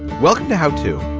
welcome to how to.